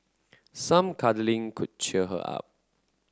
some cuddling could cheer her up